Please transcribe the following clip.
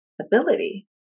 ability